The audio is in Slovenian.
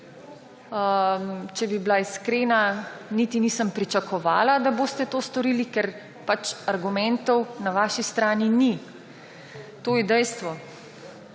Če sem iskrena, niti nisem pričakovala, da boste to storili, ker argumentov na vaši strani ni, to je dejstvo